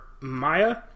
Maya